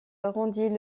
rendit